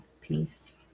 Peace